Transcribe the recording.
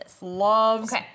loves